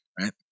Right